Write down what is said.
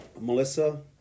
melissa